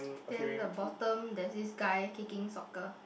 then the bottom there's this guy kicking soccer